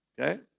okay